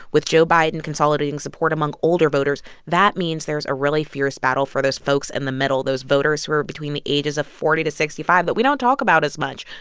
with joe biden consolidating support among older voters, that means there's a really fierce battle for those folks in and the middle, those voters who are between the ages of forty to sixty five that we don't talk about as much.